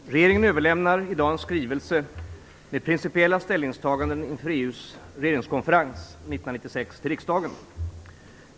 Fru talman! Regeringen överlämnar i dag en skrivelse med principiella ställningstaganden inför EU:s regeringskonferens 1996 till riksdagen.